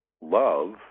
Love